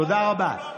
תודה רבה.